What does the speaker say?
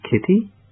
Kitty